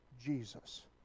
jesus